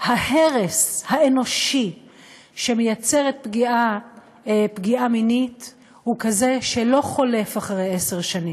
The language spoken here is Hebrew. ההרס האנושי שמייצרת פגיעה מינית הוא כזה שלא חולף אחרי עשר שנים,